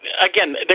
again